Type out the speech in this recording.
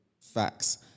Facts